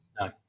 No